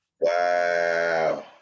Wow